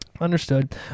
Understood